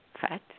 fat